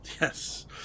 Yes